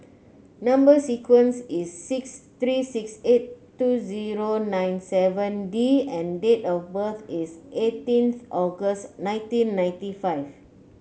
number sequence is S three six eight two zero nine seven D and date of birth is eighteenth August nineteen ninety five